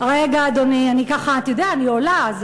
רגע, אדוני, אני ככה, אתה יודע, אני עולה.